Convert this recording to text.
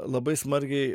labai smarkiai